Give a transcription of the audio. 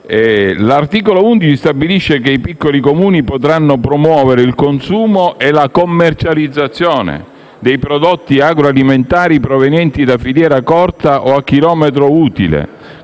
L'articolo 11 stabilisce che i piccoli Comuni potranno promuovere il consumo e la commercializzazione dei prodotti agroalimentari provenienti da filiera corta o a chilometro utile.